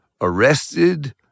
arrested